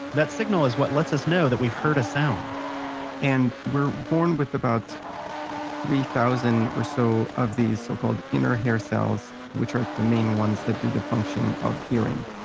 that signal is what lets us know that we've heard a sound and we're born with about three thousand or so of these so called inner hair cells, which are the main ones that do the function of hearing.